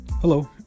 Hello